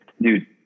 dude